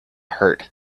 hurt